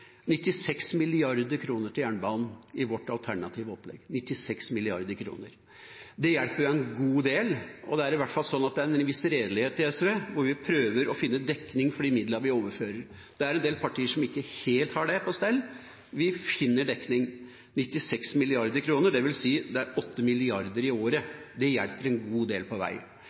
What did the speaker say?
96 mrd. kr til jernbanen i vårt alternative opplegg – 96 mrd. kr. Det hjelper en god del, og det er i hvert fall en viss redelighet i SV, vi prøver å finne dekning for de midlene vi overfører. Det er en del partier som ikke helt har det på stell. Vi finner dekning. 96 mrd. kr, dvs. at det er 8 mrd. kr i året. Det hjelper en god del på vei.